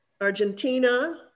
Argentina